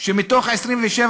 שמתוך 27,